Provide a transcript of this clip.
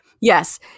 Yes